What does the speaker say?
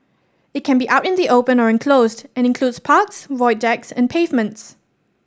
it can be out in the open or enclosed and includes parks void decks and pavements